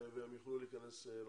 והם יוכלו להיכנס.